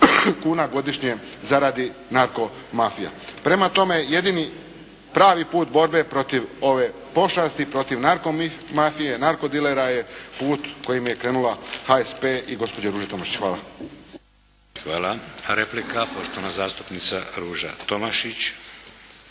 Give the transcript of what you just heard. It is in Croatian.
kuna godišnje zaradi narko mafija. Prema tome, jedini pravi put borbe protiv ove pošasti, protiv narko mafije, narko dilera je put kojim je krenula HSP i gospođa Ruža Tomašić. Hvala. **Šeks, Vladimir (HDZ)** Hvala. Replika poštovana zastupnica Ruža Tomašić.